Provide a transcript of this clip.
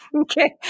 Okay